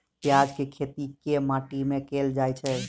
प्याज केँ खेती केँ माटि मे कैल जाएँ छैय?